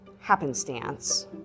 happenstance